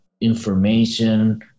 information